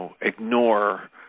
ignore